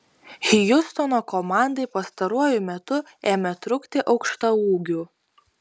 hjustono komandai pastaruoju metu ėmė trūkti aukštaūgių